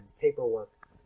paperwork